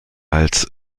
als